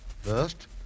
First